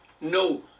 no